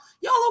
Y'all